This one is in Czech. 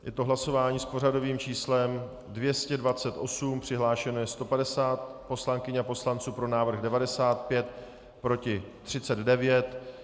Je to hlasování s pořadovým číslem 228, přihlášeno je 150 poslankyň a poslanců, pro návrh 95, proti 39.